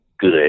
good